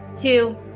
two